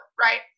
right